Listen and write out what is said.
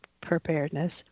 preparedness